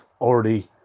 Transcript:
already